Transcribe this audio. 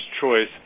choice